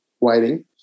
waiting